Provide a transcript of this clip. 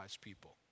people